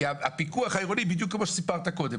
כי הפיקוח העירוני בדיוק כפי שסיפרת קודם.